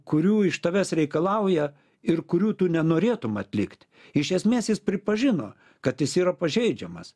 kurių iš tavęs reikalauja ir kurių tu nenorėtum atlikt iš esmės jis pripažino kad jis yra pažeidžiamas